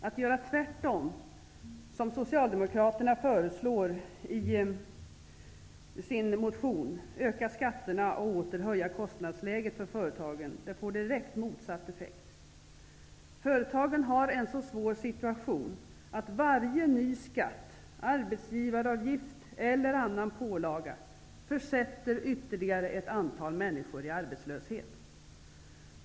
Att göra tvärtom, som Socialdemokraterna föreslår i sin motion -- dvs. öka skatterna och åter höja kostnadsläget för företagen -- får direkt motsatt effekt. Företagen har en så svår situation att varje ny skatt, arbetsgivaravgift eller annan pålaga försätter ytterligare ett antal människor i arbetslöshet.